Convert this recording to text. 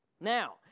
Now